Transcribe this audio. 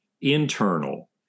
internal